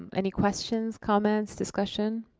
any questions, comments, discussion?